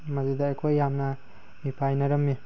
ꯃꯗꯨꯗ ꯑꯩꯈꯣꯏ ꯌꯥꯝꯅ ꯃꯤꯄꯥꯏꯅꯔꯝꯃꯤ